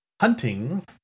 hunting